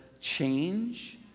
change